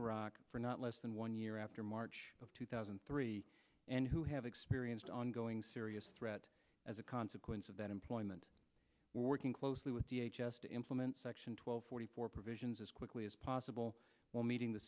iraq for not less than one year after march of two thousand and three and who have experienced ongoing serious threat as a consequence of that employment working closely with the h s to implement section two hundred forty four provisions as quickly as possible while meeting the